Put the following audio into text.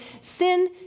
Sin